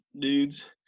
dudes